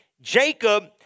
Jacob